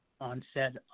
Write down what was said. onset